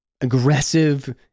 aggressive